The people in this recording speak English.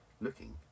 looking